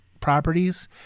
properties